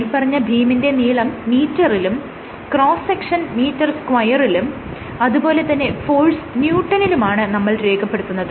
മേല്പറഞ്ഞ ബീമിന്റെ നീളം മീറ്ററിലും ക്രോസ്സ് സെക്ഷൻ മീറ്റർ സ്ക്വയറിലും അതുപോലെ തന്നെ ഫോഴ്സ് ന്യൂട്ടണിലുമാണ് Newton N നമ്മൾ രേഖപ്പെടുത്തുന്നത്